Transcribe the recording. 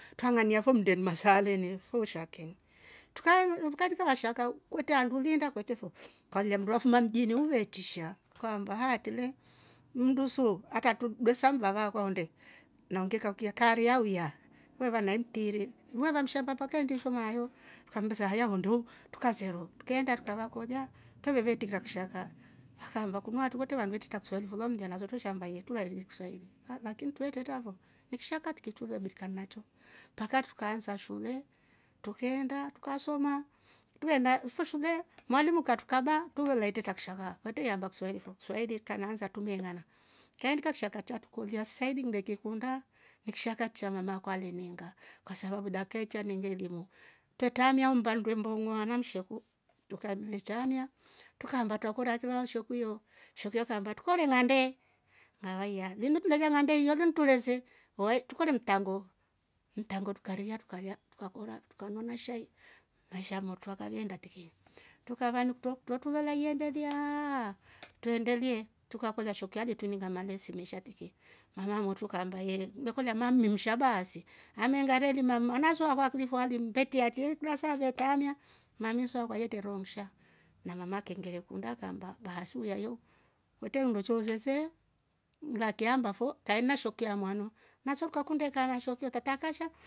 Twra ng'ania fo mndeni masaaleni fo ushakeni. trukae kaindika vashaka kwetre handu uliinda kwetre fo kwalolya mnndu afuma mnjini uveetrisha kaamaba haatri le mnndu su atratudue samu vavaakwa onde na ungi kakuiya karia ulya weva nai mtiiri. weva mshamba mpaka indihii sho maayo trukammbesa haya onde hu trukasero trukeenda tukavakolya twreveetikira kishaka vakaamba kunu aatri kwetre vandu ve treta kiswahili fo lau mlya naso twre shaamba ye tulaaishi kiswahili lakini twre tretra fo ni kishaka triki truve dukan nacho mpaka trukaansa shule trukeenda tukasoma. truveenda so shule mwalimu katrukaba truvevai tretra kishaka kwetre iaamba kiswahili fo. kiswahili kikaanasa trume ng'ana kaindika kishaka chatrukolya saidi le ngekikunda ni kishaka cha mama akwa aleniinga kwa sababu dachika yi cha niinga elimu twre taamia hao mmba ndwe mbong'ooha na msheku trukave traamia trukaamba twakora ki lau shekuyo shekuyo akaamba tukore ng'ande ngavaiya linu tuleiya ng'ande iya linu tule se wai tukore mtango. mtango tukaria tukalya tukakora trukanywa na shai maisha amotru akaveenda triki trukava ni kutro tro tulaveiendeliaaaa twre endelie trukakolya shekuyo aletruininga malesi mesha tiki mamaa amotru kaamba yee ulekolya maami msha baaasi amengareilimaa mwanasu akwa akilifu alimtretia atri kila saa fe traamia mammi so akwa atre roho nnsha na mamaa kengere ikunda kaamba baasi u yayo kwetre ndo choose se nlaakia amba fo kaena shekuyo amwanu naso kakunda ikaana shekuyo tataa akasha